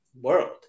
world